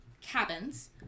cabins